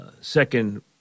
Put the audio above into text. second